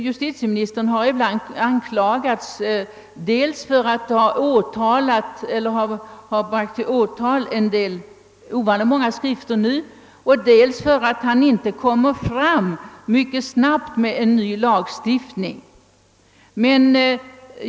Justitieministern har ibland anklagats dels för att nu ha bragt till åtal ovanligt många skrifter, dels för att inte mycket snabbt ha framlagt en ny lagstiftning på området.